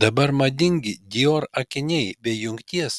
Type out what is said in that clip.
dabar madingi dior akiniai be jungties